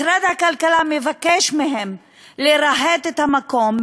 משרד הכלכלה מבקש מהן לרהט את המקום,